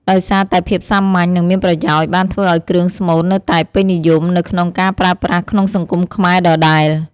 ដោយសារតែភាពសាមញ្ញ និងមានប្រយោជន៍បានធ្វើឱ្យគ្រឿងស្មូននៅតែពេញនិយមនៅក្នុងការប្រើប្រាស់ក្នុងសង្គមខ្មែរដដែល។